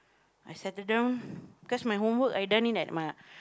I settle down cause my homework I done in like my